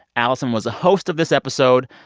allison was the host of this episode.